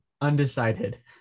undecided